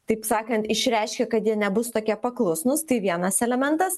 taip sakant išreiškia kad jie nebus tokie paklusnūs tai vienas elementas